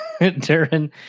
Darren